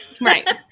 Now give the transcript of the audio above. Right